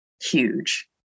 huge